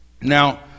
Now